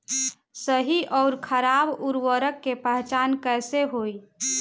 सही अउर खराब उर्बरक के पहचान कैसे होई?